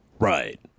Right